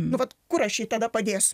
nu vat kur aš jį tada padėsiu